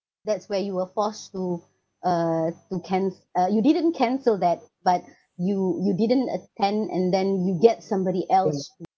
that's where you were forced to uh to canc~ uh you didn't cancel that but you you didn't attend and then you get somebody else